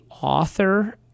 author